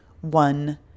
one